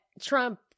Trump